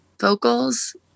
vocals